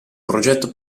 progetto